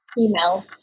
Email